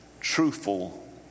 truthful